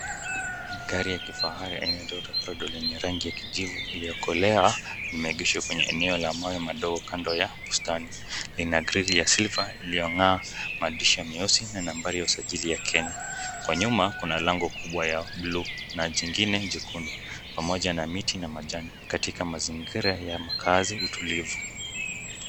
Gari ya kifahari aina Toyota Prado lenye rangi ya kijivu iliyokolea imeegeshwa kwenye eneo la mawe madogo, kando ya bustani. Lina grili ya silver iliyong'aa, maandishi meusi na nambari ya usajili ya Kenya. Huko nyuma kuna lango kubwa ya buluu na jingine jekundu, pamoja na miti na majani katika mazingira ya makazi tulivu.